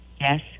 Yes